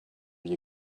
your